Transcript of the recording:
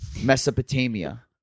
Mesopotamia